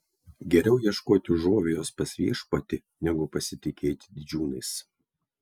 geriau ieškoti užuovėjos pas viešpatį negu pasitikėti didžiūnais